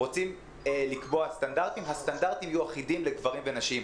רוצים לקבוע סטנדרטים הסטנדרטים יהיו אחידים לגברים ונשים.